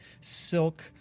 silk